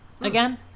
again